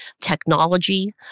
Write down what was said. technology